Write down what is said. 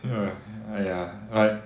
ya !aiya! like